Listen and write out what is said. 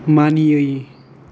मानियै